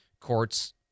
courts